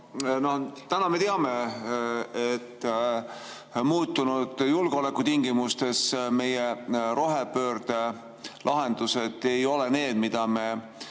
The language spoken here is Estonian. kava. Me teame, et muutunud julgeolekutingimustes meie rohepöörde lahendused ei ole need, mida me